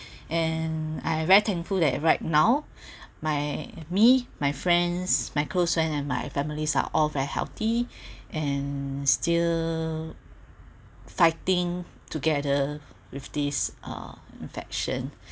and I am very thankful that right now my me my friends my close friend and my families are all very healthy and still fighting together with this uh infection